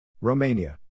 Romania